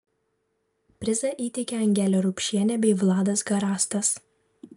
prizą įteikė angelė rupšienė bei vladas garastas